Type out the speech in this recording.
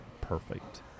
perfect